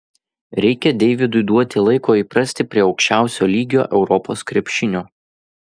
reikia deividui duoti laiko įprasti prie aukščiausio lygio europos krepšinio